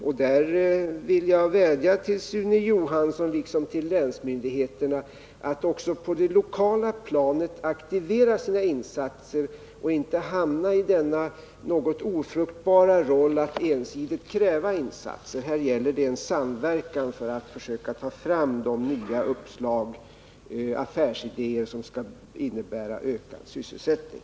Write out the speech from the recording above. I det sammanhanget vill jag vädja till Sune Johansson liksom till länsmyndigheterna att också på det lokala planet aktivera sina insatser och inte hamna i denna något ofruktbara roll att ensidigt kräva insatser. Här gäller det en samverkan för att försöka ta fram nya uppslag och affärsidéer som kan innebära ökad sysselsättning.